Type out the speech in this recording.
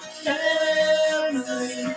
family